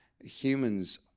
Humans